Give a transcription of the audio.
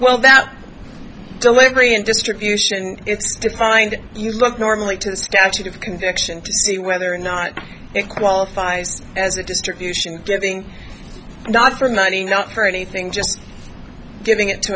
well that delivery and distribution defined you look normally to the statute of conviction whether or not it qualifies as a distribution giving not for money not for anything just giving it to